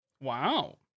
Wow